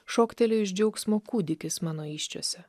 šoktelėjo iš džiaugsmo kūdikis mano įsčiose